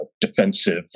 defensive